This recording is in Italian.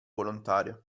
volontario